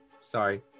Sorry